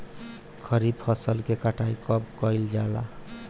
खरिफ फासल के कटाई कब कइल जाला हो?